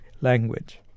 language